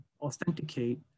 authenticate